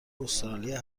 استرالیا